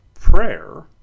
Prayer